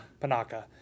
Panaka